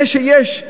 זה שיש,